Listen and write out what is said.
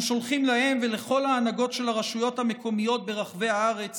אנחנו שולחים להם ולכל ההנהגות של הרשויות המקומיות ברחבי הארץ